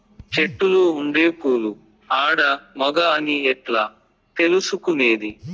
చెట్టులో ఉండే పూలు ఆడ, మగ అని ఎట్లా తెలుసుకునేది?